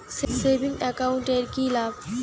Savings account এর কি লাভ?